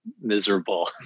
miserable